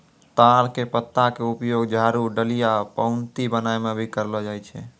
ताड़ के पत्ता के उपयोग झाड़ू, डलिया, पऊंती बनाय म भी करलो जाय छै